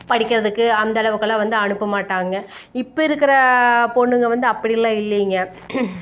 படிக்கின்றதுக்கு அந்தளவுக்கெல்லாம் வந்து அனுப்ப மாட்டாங்க இப்போ இருக்கிற பொண்ணுங்க வந்து அப்படியெல்லாம் இல்லைங்க